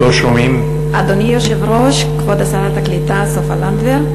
אדוני היושב-ראש, כבוד שרת הקליטה סופה לנדבר,